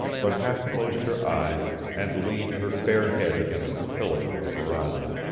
but half closed her eyes and leaned her fair head against a pillar of the veranda.